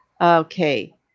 Okay